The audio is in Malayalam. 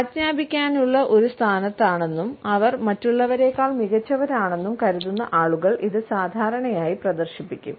ആജ്ഞാപിക്കാനുള്ള ഒരു സ്ഥാനത്താണെന്നും അവർ മറ്റുള്ളവരെക്കാൾ മികച്ചവരാണെന്നും കരുതുന്ന ആളുകൾ ഇത് സാധാരണയായി പ്രദർശിപ്പിക്കും